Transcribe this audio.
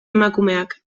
emakumeak